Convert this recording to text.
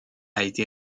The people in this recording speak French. été